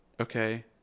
Okay